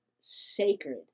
sacred